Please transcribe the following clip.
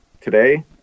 today